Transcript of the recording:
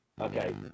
okay